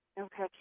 Okay